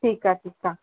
ठीकु आहे ठीकु आहे